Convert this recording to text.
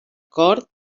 cort